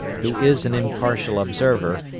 who is an impartial observer,